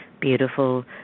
Beautiful